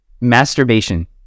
Masturbation